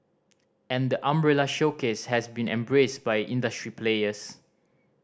and the umbrella showcase has been embraced by industry players